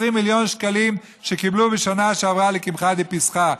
מיליון השקלים שקיבלו בשנה שעברה לקמחא דפסחא.